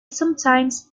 sometimes